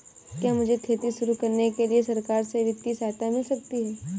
क्या मुझे खेती शुरू करने के लिए सरकार से वित्तीय सहायता मिल सकती है?